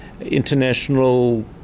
international